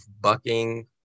bucking